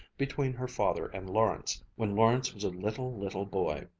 between her father and lawrence, when lawrence was a little, little boy.